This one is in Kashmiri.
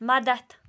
مدتھ